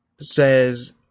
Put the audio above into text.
says